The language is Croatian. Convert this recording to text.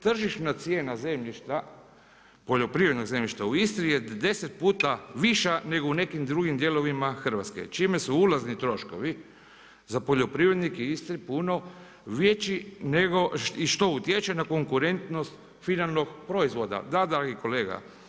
Tržišna cijena zemljišta, poljoprivrednog zemljišta u Istri je 10 više nego u nekim drugim dijelovima Hrvatske čime se ulazni troškovi za poljoprivrednike Istre puno veći i što utječe na konkurentnost finalnog proizvoda, da, dragi kolega.